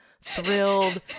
thrilled